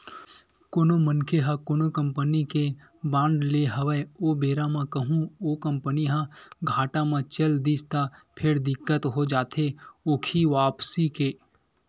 कोनो मनखे ह कोनो कंपनी के बांड लेय हवय ओ बेरा म कहूँ ओ कंपनी ह घाटा म चल दिस त फेर दिक्कत हो जाथे ओखी वापसी के